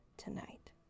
tonight